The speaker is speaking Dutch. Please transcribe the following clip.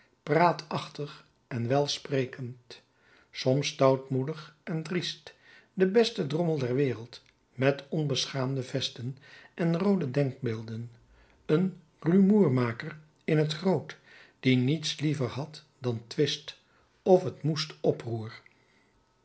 praatachtig en welsprekend soms stoutmoedig en driest de beste drommel ter wereld met onbeschaamde vesten en roode denkbeelden een rumoermaker in t groot die niets liever had dan twist of t moest oproer